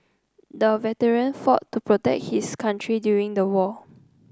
the veteran fought to protect his country during the war